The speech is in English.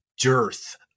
dearth